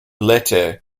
leyte